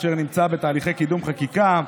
אשר נמצאת בתהליכי קידום חקיקה.